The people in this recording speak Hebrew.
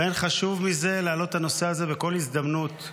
ואין חשוב מזה להעלות את הנושא הזה בכל הזדמנות.